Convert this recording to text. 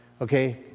Okay